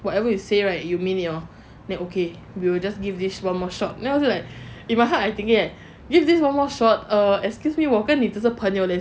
whatever you say right you mean it hor then okay we will just give this one more shot then after like in my heart I'm thinking like give this one more shot err excuse me 我跟你只是朋友 leh